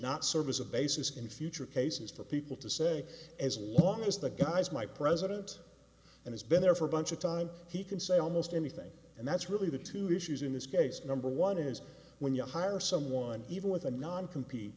not serve as a basis in future cases for people to say as long as the guy's my president and he's been there for a bunch of time he can say almost anything and that's really the two issues in this case number one is when you hire someone even with a non compete